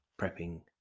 prepping